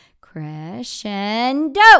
crescendo